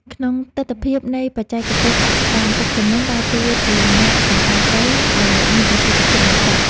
ក្នុងទិដ្ឋភាពនៃបច្ចេកទេសកសិកម្ម ទឹកជំនន់ដើរតួជា អ្នកសម្អាតដី ដ៏មានប្រសិទ្ធភាពបំផុត។